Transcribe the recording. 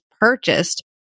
purchased